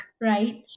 right